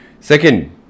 Second